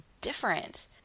different